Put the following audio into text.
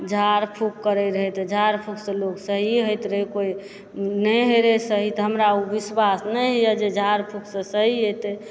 झाड़ फूंँक करए रहए तऽ झाड़ फूंकसंँ लोक सही होइत रहए कोई नहि होए रहए सही तऽ हमरा ओ विश्वास नहि यऽ जे झाड़ फूंँकसँ सही हेतए